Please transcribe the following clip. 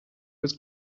was